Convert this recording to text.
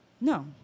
No